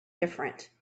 different